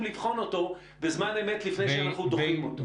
לבחון אותו בזמן אמת לפני שאנחנו דוחים אותו.